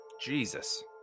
jesus